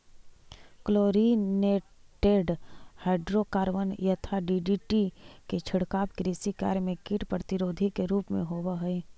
chlorinated hydrocarbon यथा DDT के छिड़काव कृषि कार्य में कीट प्रतिरोधी के रूप में होवऽ हई